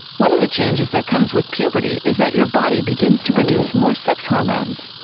one of the changes that comes with puberty is that your body begins to produce more sex hormones.